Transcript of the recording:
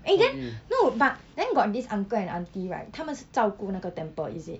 eh then no but then got this uncle and auntie right 他们是照顾那个 temple is it